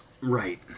Right